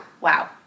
Wow